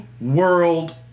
World